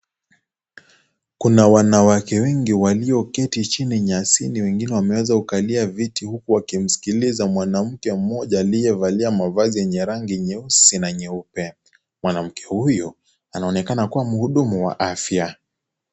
Kuna wanawake wengi walioketi chini nyasini wengine wameweza kukalia viti huku wakimskiliza mwanamke mmoja aliyevalia mavazi yenye rangi nyeusi na nyeupe, mwanamke huyo anaonekana kuwa mhudumu wa afya.